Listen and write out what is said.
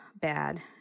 bad